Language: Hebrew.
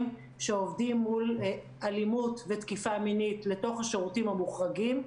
שעובדים מול אלימות ותקיפה מינית לתוך השירותים המוחרגים,